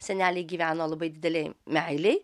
seneliai gyveno labai didelėj meilėj